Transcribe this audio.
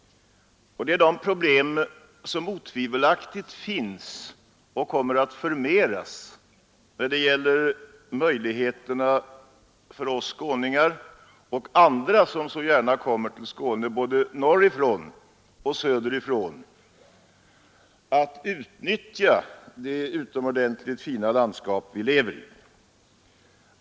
Det gäller de problem som otvivelaktigt finns och som kommer att förmeras när det gäller möjligheterna för oss skåningar och andra, som så gärna kommer till Skåne både norrifrån och söderifrån, att utnyttja det utomordentligt fina landskap vi lever i.